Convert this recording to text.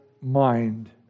mind